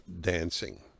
dancing